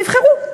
שיבחרו.